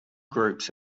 groups